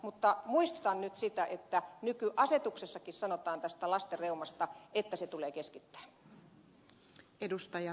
mutta muistutan nyt siitä että nykyasetuksessakin sanotaan tästä lasten reumasta että se tulee keskittää